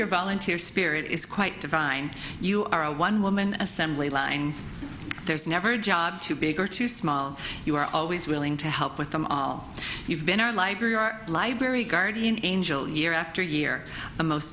you're volunteer spirit is quite divine you are a one woman assembly line there's never a job too big or too small you are always willing to help with them all you've been our library our library guardian angel year after year the most